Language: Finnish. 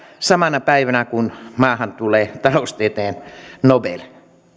samana päivänä kun maahan tulee taloustieteen nobel